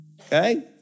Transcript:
Okay